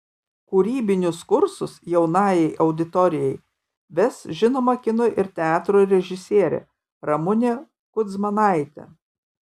kūrybinius kursus jaunajai auditorijai ves žinoma kino ir teatro režisierė ramunė kudzmanaitė